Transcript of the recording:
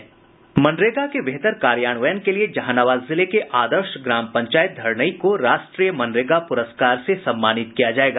मनरेगा के बेहतर कार्यान्वयन के लिए जहानाबाद जिले के आदर्श ग्राम पंचायत धरनई को राष्ट्रीय मनरेगा पुरस्कार से सम्मानित किया जायेगा